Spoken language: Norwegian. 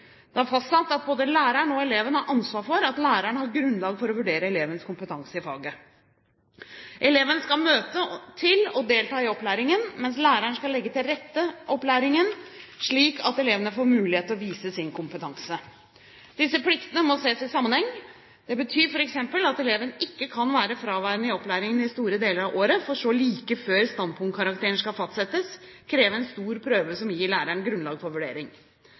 Det er fastsatt at både læreren og eleven har ansvar for at læreren har grunnlag for å vurdere elevens kompetanse i faget. Eleven skal møte til og delta i opplæringen, mens læreren skal legge opplæringen til rette slik at eleven får mulighet til å vise sin kompetanse. Disse pliktene må ses i sammenheng. Det betyr f.eks. at eleven ikke kan være fraværende fra opplæringen i store deler av året, for så like før standpunktkarakteren skal fastsettes, kreve en stor prøve som gir læreren grunnlag for vurdering.